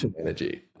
energy